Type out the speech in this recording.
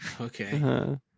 Okay